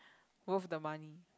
worth the money